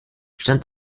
stand